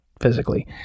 physically